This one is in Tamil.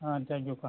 ஆ தேங்க்யூப்பா